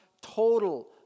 total